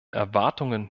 erwartungen